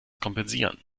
kompensieren